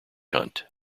hunt